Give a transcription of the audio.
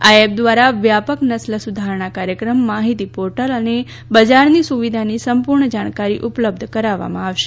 આ એપ દ્વારા વ્યાપક નસ્લ સુધારણા કાર્યક્રમ માહિતી પોર્ટલ અને બજારની સુવિધાની સંપૂર્ણ જાણકારી ઉપલબ્ધ કરાવવામાં આવશે